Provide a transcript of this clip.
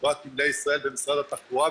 חברת נמלי ישראל במשרד התחבורה,